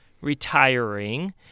retiring